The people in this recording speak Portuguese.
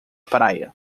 praia